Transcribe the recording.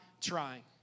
trying